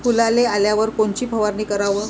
फुलाले आल्यावर कोनची फवारनी कराव?